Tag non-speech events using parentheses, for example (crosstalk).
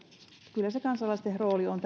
kyllä se kansalaisten rooli on (unintelligible)